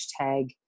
hashtag